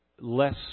less